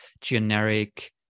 generic